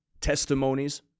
testimonies